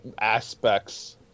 aspects